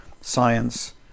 science